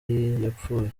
yapfuye